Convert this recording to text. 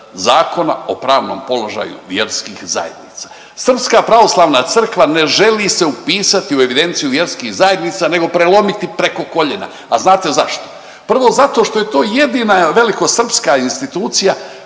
Zakona o pravnom položaju vjerskih zajednica. Srpska pravoslavna Crkva ne želi se upisati u evidenciju vjerskih zajednica nego prelomiti preko koljena. A znate zašto? Prvo, zato što je to jedina velikosrpska institucija